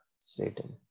Satan